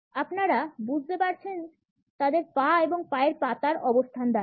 আপনারা বুঝতে পেরেছেন তাদের পা এবং পায়ের পাতার অবস্থান দ্বারা